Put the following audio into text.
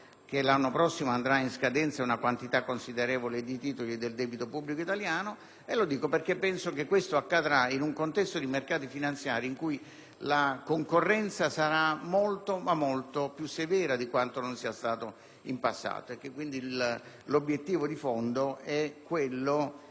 che l'anno prossimo andrà in scadenza una quantità considerevole di titoli del debito pubblico italiano e che questo accadrà in un contesto di mercati finanziari in cui la concorrenza sarà molto più serrata di quanto non lo sia stata in passato. Credo, quindi, che l'obiettivo di fondo sia,